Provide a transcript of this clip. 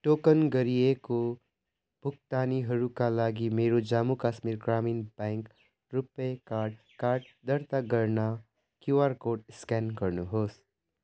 token गरिएको भुक्तानीहरूका लागि मेरो जम्मू काश्मीर ग्रामीण ब्याङ्क रुपे कार्ड कार्ड दर्ता गर्न क्युआर कोड स्क्यान गर्नुहोस्